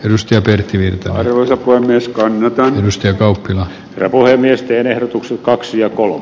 ryöstö tehtiin taidoille voi myös konepäällystö kaukana ole miesten ehdotuksen kaksia kolme